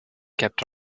kept